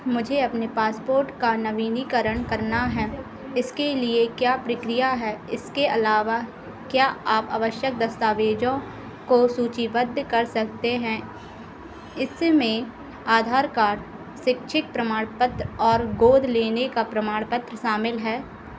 मुझे अपने पासपोर्ट का नवीनीकरण करना है इसके लिए क्या प्रक्रिया है इसके अलावा क्या आप आवश्यक दस्तावेज़ों को सूचीबद्ध कर सकते हैं इससे में आधार कार्ड शिक्षक प्रमाणपत्र और गोद लेने का प्रमाण पत्र शामिल है